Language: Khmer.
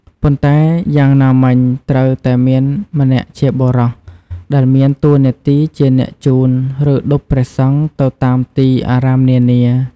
ប៉ុន្តែ យ៉ាងណាមិញត្រូវតែមានម្នាក់ជាបុរស ដែលមានតួនាទីជាអ្នកជូន ឬ ឌុបព្រះសង្ឃទៅតាមទីអារាមនានា។